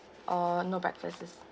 or no breakfasts